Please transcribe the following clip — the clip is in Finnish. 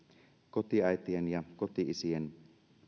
kotiäitien ja koti isien